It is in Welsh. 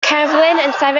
cerflun